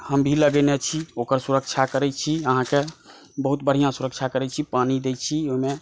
हम भी लगेने छी ओकर सुरक्षा करै छी अहाँकेॅं बहुत बढ़िऑं सुरक्षा करै छी पानी दै छी ओहिमे